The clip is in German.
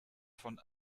von